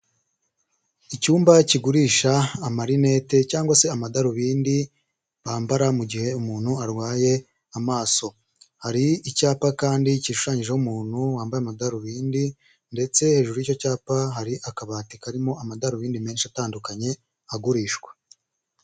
Icyumba kigurisha amarinete cyangwa se amadarubindi bambara mu gihe umuntu arwaye amaso, hari icyapa kandi gishushanyijeho umuntu wambaye amadarubindi, ndetse hejuru y'icyo cyapa hari akabati karimo amadarubindi menshi atandukanye agurishwa.